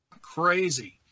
Crazy